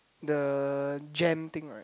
the jam thing right